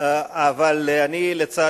רצוני